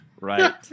Right